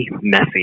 messy